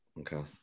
okay